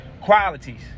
Qualities